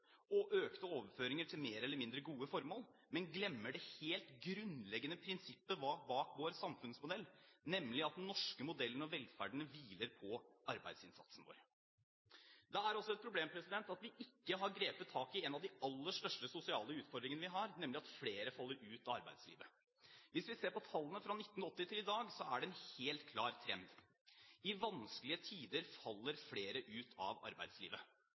og økte overføringer til mer eller mindre gode formål. Man glemmer det helt grunnleggende prinsippet bak vår samfunnsmodell, nemlig at den norske modellen og velferden hviler på arbeidsinnsatsen vår. Det er også et problem at vi ikke har grepet tak i en av de aller største sosiale utfordringene vi har, nemlig at flere faller ut av arbeidslivet. Hvis vi ser på tallene fra 1980 og til i dag, er det en helt klar trend. I vanskelige tider faller flere ut av arbeidslivet.